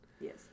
Yes